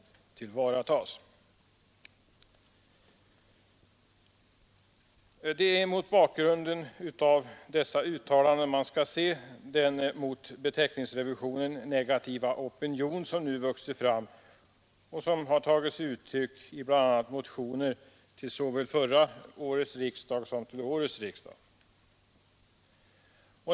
Det är mot bakgrunden av dessa uttalanden man skall se den mot beteckningsrevisionen negativa opinion som nu vuxit fram och som tagit sig uttryck bl.a. i motioner till såväl förra årets som årets riksdag.